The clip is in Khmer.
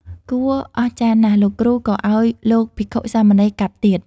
គួរអស្ចារ្យណាស់, លោកគ្រូ ក៏ឲ្យលោកភិក្ខុ-សាមណេរកាប់ទៀត ។